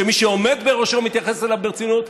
שמי שעומד בראשו מתייחס אליו ברצינות,